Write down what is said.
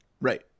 Right